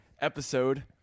episode